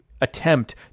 attempt